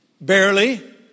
barely